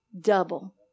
Double